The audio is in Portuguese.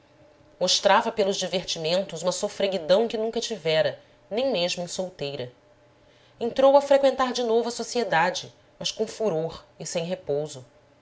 mostrava pelos divertimentos uma sofreguidão que nunca tivera nem mesmo em solteira entrou a freqüentar de novo a sociedade mas com furor e sem repouso